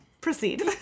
proceed